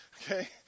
okay